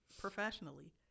professionally